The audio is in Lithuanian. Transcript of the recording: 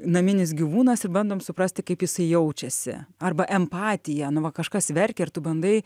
naminis gyvūnas ir bandom suprasti kaip jisai jaučiasi arba empatija nu va kažkas verkia ir tu bandai